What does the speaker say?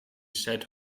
sat